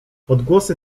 odgłosy